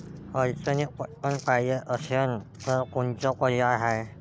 अडचणीत पटकण पायजे असन तर कोनचा पर्याय हाय?